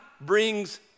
brings